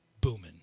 booming